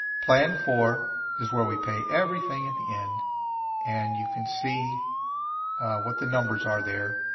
plan four is where we pay everything at the end and you can see what the numbers are there.